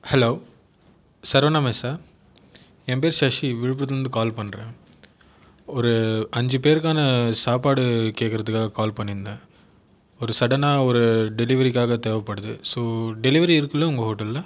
hello Saravana மெஸ்ஸா என் பேர் சசி விழுப்புரத்தில் இருந்து கால் பண்ணுறேன் ஒரு ஐந்து பேருக்கான சாப்பாட்டு கேட்குறதுக்குகாக கால் பண்ணி இருந்தேன் ஒரு சடனாக டெலிவரிக்காக தேவைப்படுது ஸோ டெலிவரி இருக்கில்ல உங்கள் ஹோட்டலில்